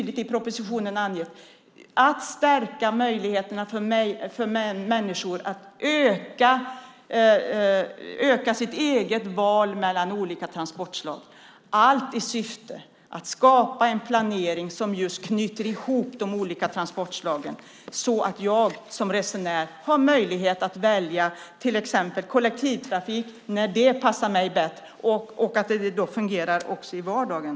I propositionen har det mycket tydligt angetts att man ska öka människors möjligheter att välja olika transportslag, allt i syfte att skapa en planering som knyter ihop de olika transportslagen så att jag som resenär har möjlighet att välja till exempel kollektivtrafik när det passar mig bäst och att det fungerar också i vardagen.